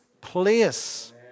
place